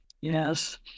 Yes